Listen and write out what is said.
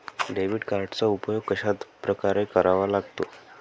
Debit कार्डचा उपयोग कशाप्रकारे करावा लागतो?